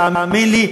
תאמין לי,